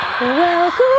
Welcome